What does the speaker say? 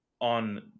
on